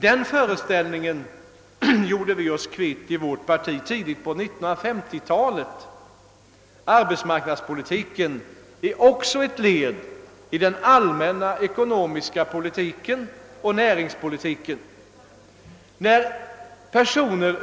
Den föreställningen gjorde vi oss kvitt i vårt parti tidigt på 1950-talet. Arbetsmarknadspolitiken är också ett led i den allmänna ekonomiska politiken och näringspolitiken.